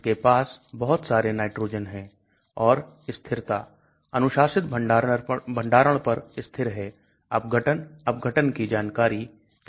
इसके पास बहुत सारे नाइट्रोजन हैं और स्थिरता अनुशासित भंडारण पर स्थिर है अपघटन अपघटन की जानकारी pKa